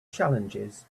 challenges